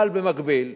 אבל במקביל,